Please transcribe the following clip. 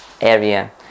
area